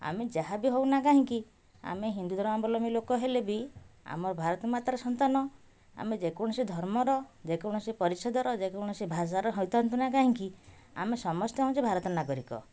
ଆମେ ଯାହା ବି ହେଉନା କାହିଁକି ଆମେ ହିନ୍ଦୁ ଧର୍ମାବଲମ୍ବୀ ଲୋକ ହେଲେ ବି ଆମ ଭାରତ ମାତାର ସନ୍ତାନ ଆମେ ଯେକୌଣସି ଧର୍ମର ଯେକୌଣସି ପରିଚ୍ଛଦର ଯେକୌଣସି ଭାଷାର ହୋଇଥାନ୍ତୁ ନା କାହିଁକି ଆମେ ସମସ୍ତେ ହେଉଛେ ଭାରତର ନାଗରିକ